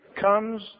comes